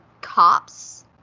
cops